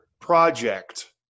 project